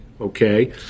okay